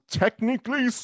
technically